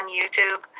YouTube